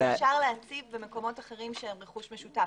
אפשר להציב במקומות אחרים שהם רכוש משותף,